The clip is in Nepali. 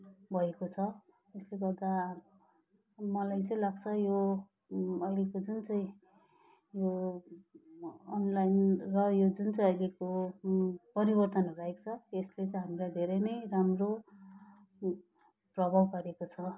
भएको छ यसले गर्दा मलाई चाहिँ लाग्छ यो अहिलेको जुन चाहिँ यो अनलाइन र यो जुन चाहिँ अहिलेको परिवर्तनहरू आएको छ त्यसले चाहिँ हामीलाई धेरै नै राम्रो प्रभाव पारेको छ